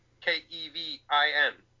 K-E-V-I-N